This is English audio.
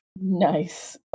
Nice